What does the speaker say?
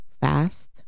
fast